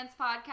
podcast